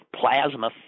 plasma